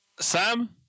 Sam